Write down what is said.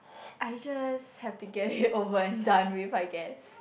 I just have to get it over and done with I guess